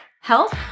health